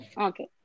Okay